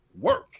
work